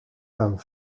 aan